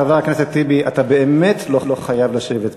חבר הכנסת טיבי, אתה באמת לא חייב לשבת פה.